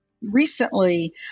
recently